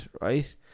right